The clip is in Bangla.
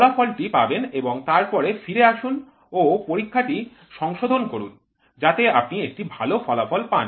ফলাফলটি পাবেন এবং তারপরে ফিরে আসুন ও পরীক্ষাটি সংশোধন করুন যাতে আপনি একটি ভাল ফলাফল পান